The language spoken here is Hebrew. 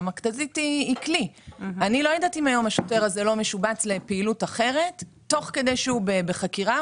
אני לא יודעת אם השוטר הזה לא משובץ לפעילות אחרת תוך כדי שהוא בחקירה.